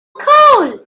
coal